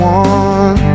one